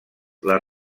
les